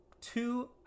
two